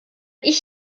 ich